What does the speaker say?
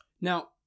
Now